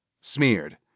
smeared